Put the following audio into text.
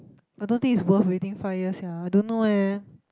but don't think it's worth waiting five years sia I don't know leh